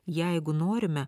jeigu norime